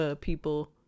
people